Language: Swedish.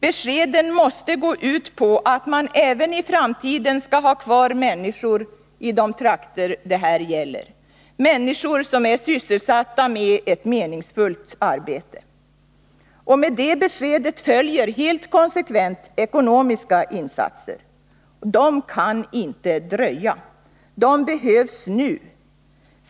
Beskeden måste gå ut på att man även i framtiden skall ha kvar människor i de trakter det här gäller — människor som är sysselsatta med ett meningsfullt arbete. Och med de beskeden följer helt konsekvent ekonomiska insatser. De kan inte dröja. De behövs nu.